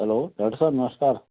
hello doctor साहब नमस्कार